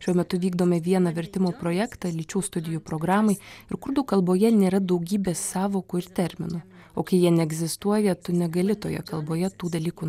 šiuo metu vykdome vieną vertimo projektą lyčių studijų programai ir kurdų kalboje nėra daugybės sąvokų ir terminų o kai jie neegzistuoja tu negali toje kalboje tų dalykų